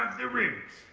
the roots!